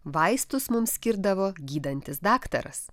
vaistus mums skirdavo gydantis daktaras